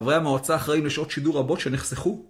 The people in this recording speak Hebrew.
חברי המועצה אחראים לשעות שידור רבות שנחסכו.